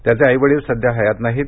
त्याचे आई वडील सध्या हयात नाहीत